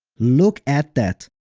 look at that.